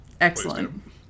Excellent